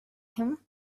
him